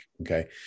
Okay